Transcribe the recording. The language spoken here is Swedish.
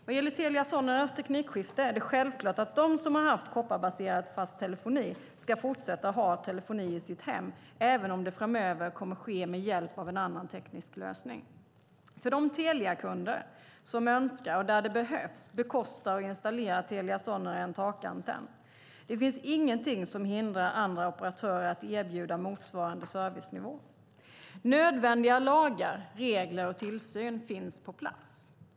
Vad gäller Telia Soneras teknikskifte är det självklart att de som har haft kopparbaserad fast telefoni ska fortsätta att ha telefoni i sitt hem även om det framöver kommer att ske med hjälp av en annan teknisk lösning. För de Teliakunder som önskar, och där det behövs, bekostar och installerar Telia Sonera en takantenn. Det finns ingenting som hindrar andra operatörer att erbjuda motsvarande servicenivå. Nödvändiga lagar, regler och tillsyn finns på plats.